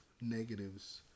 negatives